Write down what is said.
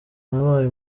nabaye